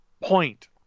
point